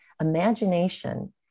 imagination